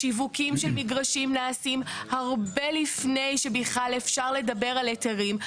שיווקים של מגרשים נעשים הרבה לפני שבכלל אפשר לדבר על היתרים.